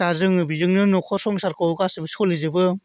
दा जों बेजोंनो न'खर संसारखौ गासैबो सोलिजोबो